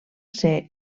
ser